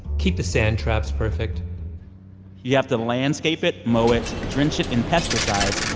keep the sand traps perfect you have to landscape it, mow it, drench it in pesticides,